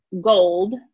gold